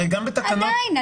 הרי גם בתקנות --- עדיין,